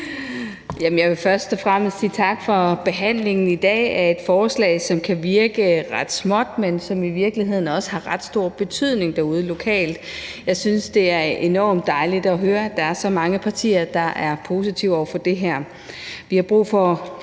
Jeg vil først og fremmest sige tak for behandlingen i dag af et forslag, som kan virke ret småt, men som i virkeligheden også har en ret stor betydning derude lokalt. Jeg synes, det er enormt dejligt at høre, at der er så mange partier, der er positive over for det her. Vi har brug for